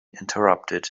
interrupted